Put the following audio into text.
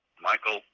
Michael